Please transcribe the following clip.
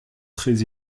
très